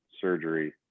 surgery